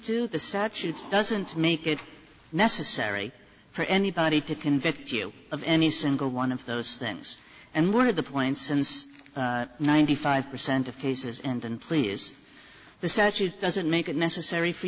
do the statute doesn't make it necessary for anybody to convict you of any single one of those things and one of the points since ninety five percent of cases and and please the statute doesn't make it necessary for